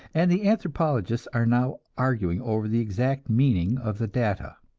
and the anthropologists are now arguing over the exact meaning of the data.